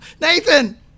Nathan